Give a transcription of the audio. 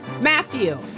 Matthew